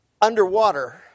underwater